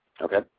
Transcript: Okay